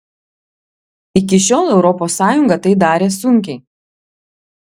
iki šiol europos sąjunga tai darė sunkiai